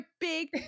big